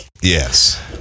Yes